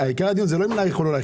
הדיון לא להאריך כן או לא.